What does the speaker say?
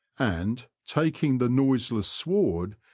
and, taking the noiseless sward,